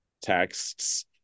texts